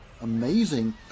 amazing